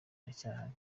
iracyahari